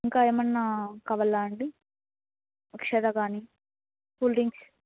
ఇంకా ఏమైనా కావాలా అండి అక్షద కానీ కూల్ డ్రింక్స్